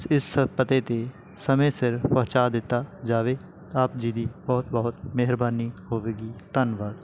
ਇਸ ਪਤੇ 'ਤੇ ਸਮੇਂ ਸਿਰ ਪਹੁੰਚਾ ਦਿੱਤਾ ਜਾਵੇ ਆਪ ਜੀ ਦੀ ਬਹੁਤ ਬਹੁਤ ਮਿਹਰਬਾਨੀ ਹੋਵੇਗੀ ਧੰਨਵਾਦ